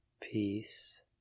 peace